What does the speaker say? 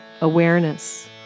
awareness